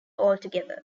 altogether